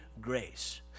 grace